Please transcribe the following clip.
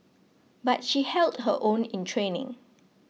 but she held her own in training